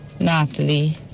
Natalie